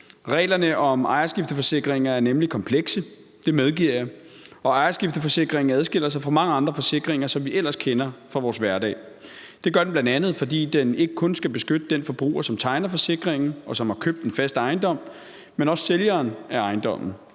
Reglerne om ejerskifteforsikringer er nemlig komplekse, det medgiver jeg, og ejerskifteforsikringen adskiller sig fra mange andre forsikringer, som vi ellers kender fra vores hverdag. Det gør den bl.a., fordi den ikke kun skal beskytte den forbruger, som tegner forsikringen, og som har købt en fast ejendom, men også sælgeren af ejendommen.